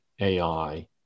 AI